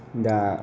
दा